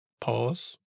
Pause